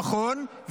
נכון.